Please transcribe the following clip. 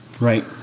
Right